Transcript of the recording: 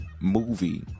movie